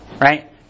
right